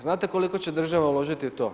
Znate koliko će država uložiti u to?